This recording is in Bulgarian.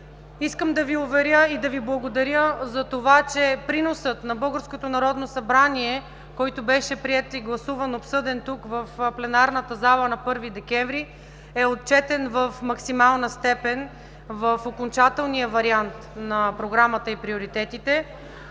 Искам да Ви уверя и да Ви благодаря за това, че приносът на българското Народно събрание, който беше приет и гласуван, обсъден тук, в пленарната зала, на 1 декември, е отчетен в максимална степен в окончателния вариант на Програмата и приоритетите.